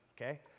okay